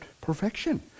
Perfection